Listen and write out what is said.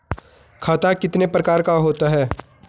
खाता कितने प्रकार का होता है?